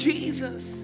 Jesus